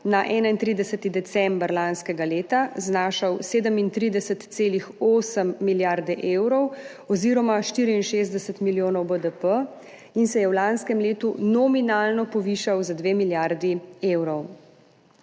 31. decembra lanskega leta znašal 37,8 milijarde evrov oziroma 64 milijonov BDP in se je v lanskem letu nominalno povišal za 2 milijardi evrov.